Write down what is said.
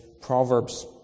Proverbs